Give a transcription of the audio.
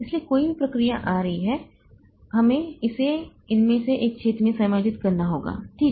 इसलिए कोई भी प्रक्रिया आ रही है हमें इसे इनमें से एक छेद में समायोजित करना होगा ठीक